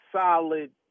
solid